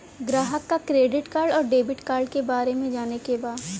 ग्राहक के credit card और डेविड कार्ड के बारे में जाने के बा?